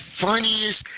funniest